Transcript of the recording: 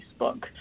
Facebook